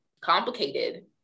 complicated